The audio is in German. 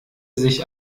sich